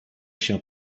się